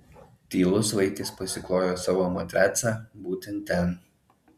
tylus vaikis pasiklojo savo matracą būtent ten